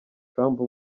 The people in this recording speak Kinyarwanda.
trump